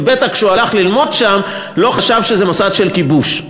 ובטח כשהוא הלך ללמוד שם הוא לא חשב שזה מוסד של כיבוש.